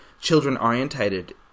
children-orientated